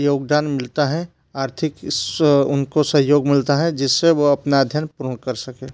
योगदान मिलता है आर्थिक स उस उनको सहयोग मिलता है जिस से वो अपना अध्ययन पूर्ण कर सकें